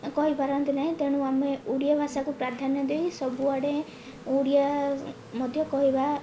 କହିପାରନ୍ତି ନାହିଁ ତେଣୁ ଆମେ ଓଡ଼ିଆ ଭାଷାକୁ ପ୍ରାଧାନ୍ୟ ଦେଇ ସବୁଆଡ଼େ ଓଡ଼ିଆ ମଧ୍ୟ କହିବା